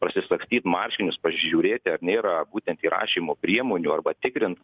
prasisagstyt marškinius pažiūrėti ar nėra būtent įrašymo priemonių arba tikrint